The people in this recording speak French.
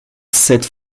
cette